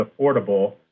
affordable